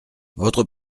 votre